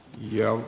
joo